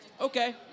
okay